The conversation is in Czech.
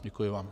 Děkuji vám.